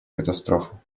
катастрофу